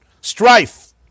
strife